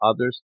others